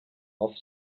off